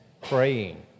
praying